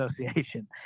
Association